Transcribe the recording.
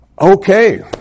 Okay